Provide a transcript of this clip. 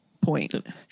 point